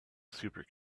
super